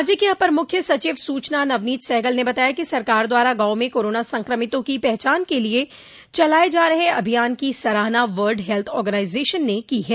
राज्य के अपर मुख्य सचिव सूचना नवनीत सहगल ने बताया कि सरकार द्वारा गांवों में कोरोना संक्रमितों की पहचान के लिये चलाये जा रहे अभियान की सराहना वर्ल्ड हेल्थ आग्रेनाइजेशन ने की है